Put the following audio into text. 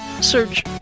search